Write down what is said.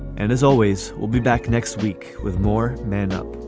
and as always, we'll be back next week with more men up